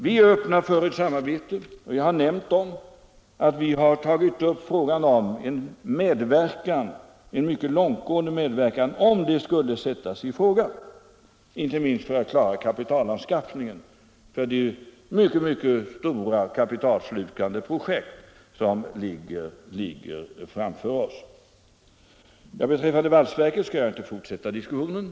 Vi är öppna för ett samarbete och jag har nämnt att vi tagit upp frågan om en mycket långtgående medverkan om det skulle bli aktuellt. Detta inte minst för att klara kapitalanskaffningen för de mycket stora kapitalslukande projekt som ligger framför oss. Beträffande valsverket skall jag inte fortsätta diskussionen.